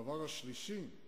הדבר השלישי,